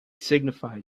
signified